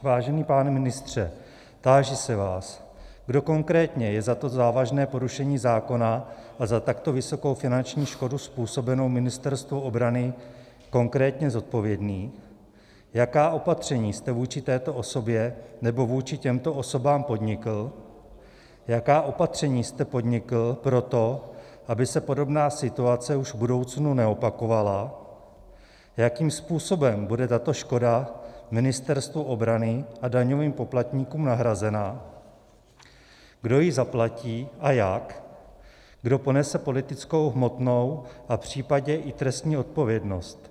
Vážený pane ministře, táži se vás, kdo konkrétně je za to závažné porušení zákona a za takto vysokou finanční škodu způsobenou v Ministerstvu obrany konkrétně zodpovědný, jaká opatření jste vůči této osobě nebo vůči těmto osobám podnikl, jaká opatření jste podnikl pro to, aby se podobná situace už v budoucnu neopakovala, jakým způsobem bude tato škoda Ministerstvu obrany a daňovým poplatníkům nahrazena, kdo ji zaplatí a jak, kdo ponese politickou, hmotnou a případně i trestní odpovědnost.